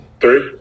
Three